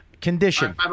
Condition